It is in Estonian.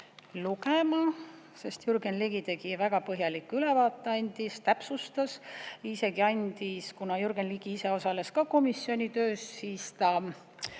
sest Jürgen Ligi tegi väga põhjaliku ülevaate, täpsustas, isegi andis … Kuna Jürgen Ligi ise osales ka komisjoni töös, juba